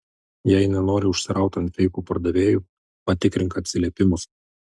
jei nenori užsiraut ant feikų pardavėjų patikrink atsiliepimus